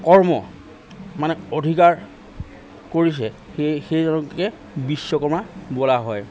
কৰ্ম মানে অধিকাৰ কৰিছে সেই সেইজনকে বিশ্বকৰ্মা বোলা হয়